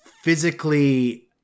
physically